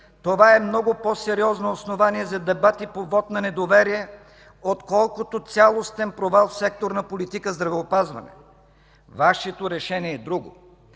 това е много по-сериозно основание за дебати по вот на недоверие, отколкото цялостен провал в секторна политика „здравеопазване”. Вашето решение е друго.